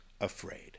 afraid